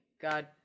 God